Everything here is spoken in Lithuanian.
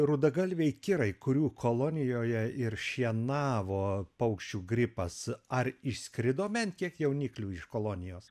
rudagalviai kirai kurių kolonijoje ir šienavo paukščių gripas ar išskrido bent kiek jauniklių iš kolonijos